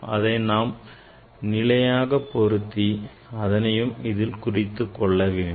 அதை நாம் நிலையாக பொருத்தி அதனை குறித்து வைத்து கொள்ள வேண்டும்